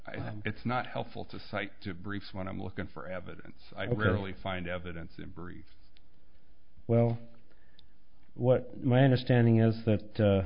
m it's not helpful to cite to brief when i'm looking for evidence i rarely find evidence in brief well what my understanding is that